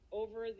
over